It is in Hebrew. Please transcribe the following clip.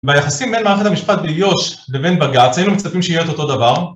ביחסים בין מערכת המשפט ביו"ש לבין בג"צ, היינו מצפים שיהיה את אותו דבר